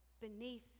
beneath